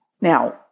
Now